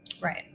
Right